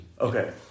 Okay